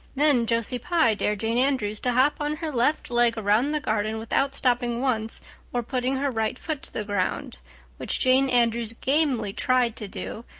then josie pye dared jane andrews to hop on her left leg around the garden without stopping once or putting her right foot to the ground which jane andrews gamely tried to do,